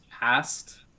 asked